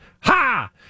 ha